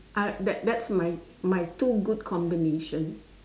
uh that that's my my two good combination